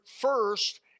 first